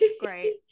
Great